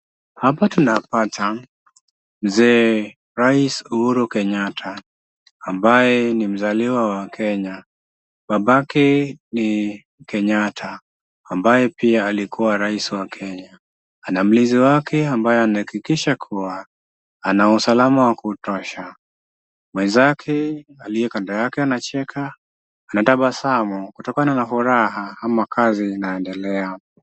Hapa tunapata mzee rais Uhuru Kenyatta ambaye ni mzaliwa wa Kenya, babake ni Kenyatta ambaye pia alikuwa rais wa Kenya, ana mlinzi wake ambaye anahakikisha kuwa ana usalama wa kutosha, mwenzake aliye kando yake anacheka, anatabasamu kutokana na furaha ama kazi inaendelea.